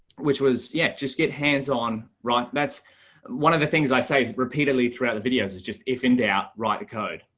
which was yet just get hands on, right. that's one of the things i say repeatedly throughout the videos is just, if in doubt, write a code,